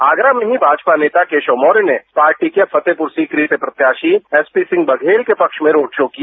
आगरा में ही भाजपा नेता केशव मौर्य ने पार्टी के फतेहपुर सीकरी से प्रत्याशी एसपी सिंह बघेल के पक्ष में रोड शो किया